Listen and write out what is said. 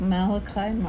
Malachi